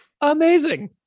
Amazing